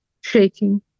shaking